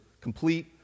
Complete